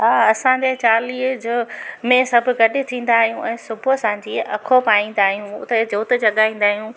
हा असांजे चालीहे जो में सभु गॾु थींदा आहियूं ऐं सुबुह असां जीअं अखो पाईंदा आहियूं उते जोत जॻाईंदा थियूं